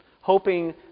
hoping